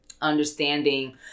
understanding